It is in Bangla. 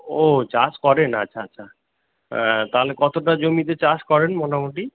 ওহ চাষ করেন আচ্ছা আচ্ছা তাহলে কতটা জমিতে চাষ করেন মোটামুটি